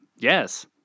Yes